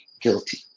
Guilty